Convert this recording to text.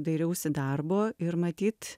dairiausi darbo ir matyt